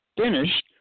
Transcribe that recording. finished